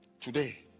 Today